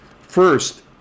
First